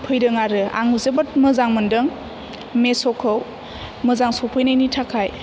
फैदों आरो आं जोबोद मोजां मोन्दों मिस'खौ मोजां सफैनायनि थाखाय